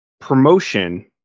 promotion